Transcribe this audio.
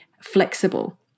flexible